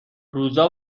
روزا